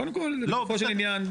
קודם כל לגופו של עניין.